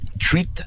Treat